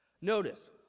Notice